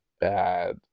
bad